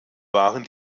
waren